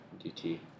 Duty